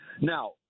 Now